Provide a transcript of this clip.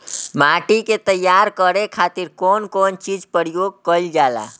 माटी के तैयार करे खातिर कउन कउन चीज के प्रयोग कइल जाला?